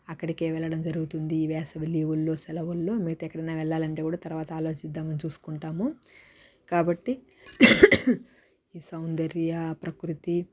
అక్కడికే వెళ్లడం జరుగుతుంది ఈ వేసవి లీవుల్లో సెలవుల్లో మిగతఎక్కడైనా వెళ్ళాలంటే కూడా తర్వాత ఆలోచిద్దాం అని చూసుకుంటాము కాబట్టి ఈ సౌందర్య ప్రకృతి